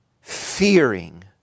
fearing